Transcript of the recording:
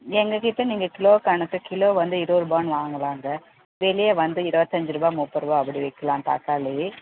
எங்கள் கிட்டே நீங்கள் கிலோ கணக்கு கிலோ வந்து இருபது ரூபாய்னு வாங்கலாங்க வெளியே வந்து இருபத்தஞ்சி ரூபாய் முப்பது ரூபாய் அப்படி விற்கலாம் தக்காளி